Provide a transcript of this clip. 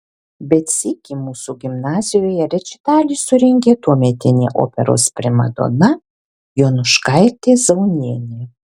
bet sykį mūsų gimnazijoje rečitalį surengė tuometinė operos primadona jonuškaitė zaunienė